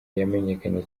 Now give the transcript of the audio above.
yamenyekanye